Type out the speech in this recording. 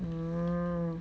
mm